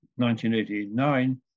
1989